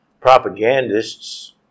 Propagandists